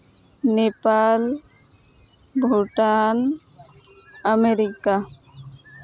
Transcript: Nepal Bhutan America